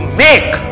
make